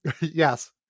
yes